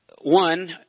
one